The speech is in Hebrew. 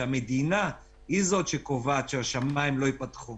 כשהמדינה היא זאת שקובעת שהשמים לא ייפתחו